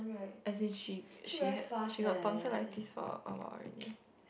as in she she had she got tonsillitis for a while already